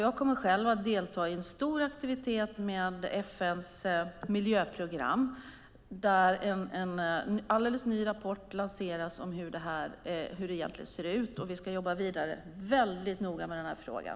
Jag kommer själv att delta i en stor aktivitet med FN:s miljöprogram, där en alldeles ny rapport om hur det egentligen ser ut lanseras. Vi ska fortsätta jobba väldigt noga med den här frågan.